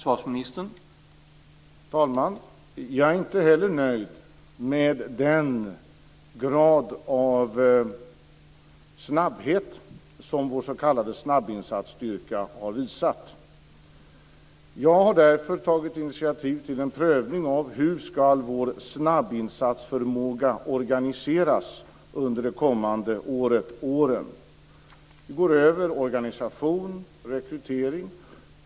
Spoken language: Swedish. Herr talman! Jag är inte heller nöjd med den grad av snabbhet som vår s.k. snabbinsatsstyrka har visat. Jag har därför tagit initiativ till en prövning av hur vår snabbinsatsförmåga ska organiseras under det kommande året och de kommande åren. Vi går över organisation och rekrytering.